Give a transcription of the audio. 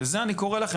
ולזה אני קורא לכם,